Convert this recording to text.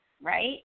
right